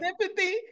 sympathy